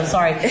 Sorry